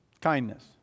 Kindness